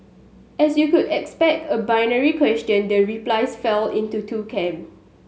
as you could expect a binary question the replies fell into two camp